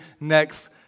next